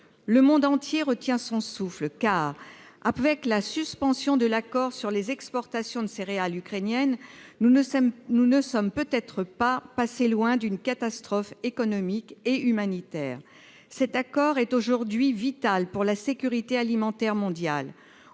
le monde entier retient son souffle car avec la suspension de l'accord sur les exportations de céréales ukrainiennes, nous ne sommes, nous ne sommes peut-être pas passé loin d'une catastrophe économique et humanitaire, cet accord est aujourd'hui vitale pour la sécurité alimentaire mondiale,